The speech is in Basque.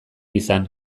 izan